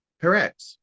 Correct